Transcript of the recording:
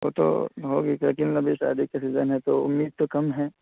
وہ تو ہوگی لیکن ابھی شادی کا سیزن ہے تو امید تو کم ہے